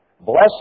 Bless